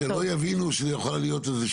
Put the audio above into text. אבל שלא יבינו שיכולה להיות איזושהי